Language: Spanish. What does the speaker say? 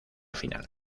final